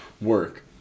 work